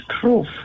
proof